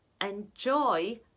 enjoy